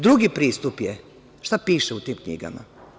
Drugi pristup je – šta piše u tim knjigama?